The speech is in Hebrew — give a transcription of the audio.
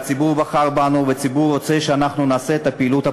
והציבור בחר בנו והציבור רוצה שאנחנו נעשה את הפעילות הפרלמנטרית.